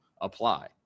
apply